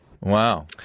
Wow